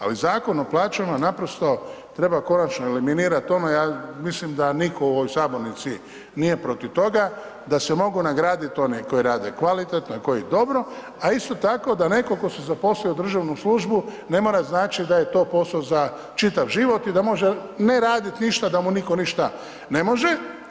Ali Zakon o plaćama naprosto treba konačno eliminirat tome, ja mislim da nitko u ovoj sabornici nije protiv toga, da se mogu nagradit oni koji rade kvalitetno i koji dobro, a isto tako da neko ko se zaposlio u državnu službu ne mora značit da je to poso za čitav život i da može ne radit ništa, da mu nitko ništa ne može.